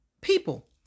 people